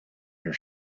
your